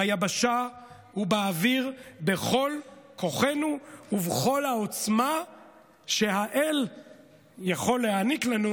ביבשה ובאוויר בכל כוחנו ובכל העוצמה שהאל יכול להעניק לנו,